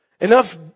enough